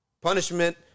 punishment